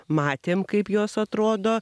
matėm kaip jos atrodo